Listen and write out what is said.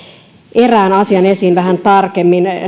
erään asian esiin vähän tarkemmin